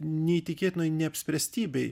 neįtikėtinoj neapsprestybėj